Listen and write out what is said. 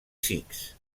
sikhs